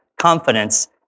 confidence